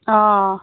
অঁ